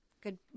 Good